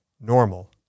normal